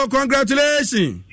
Congratulations